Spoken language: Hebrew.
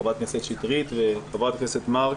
חברת הכנסת שטרית וחברת הכנסת מארק,